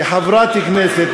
כחברת כנסת,